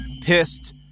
pissed